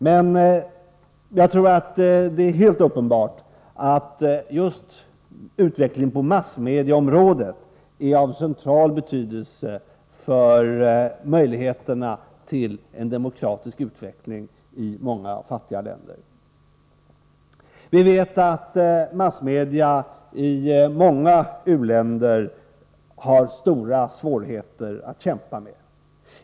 Men jag tror att det är helt uppenbart att just utvecklingen på massmedieområdet är av central betydelse för möjligheterna till en demokratisk utveckling i många fattiga länder. Vi vet att massmedia i många u-länder har stora svårigheter att kämpa med.